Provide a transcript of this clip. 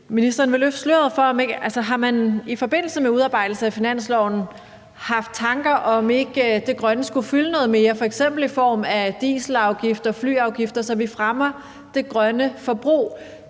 ministeren vil løfte sløret for, om man i forbindelse med udarbejdelsen af forslaget til finanslov har haft tanker om, om ikke det grønne skulle fylde noget mere, f.eks. i form af dieselafgifter og flyafgifter, så vi fremmer det grønne forbrug,